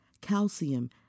calcium